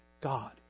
God